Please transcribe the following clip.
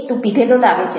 તું પીધેલો લાગે છે